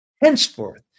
Henceforth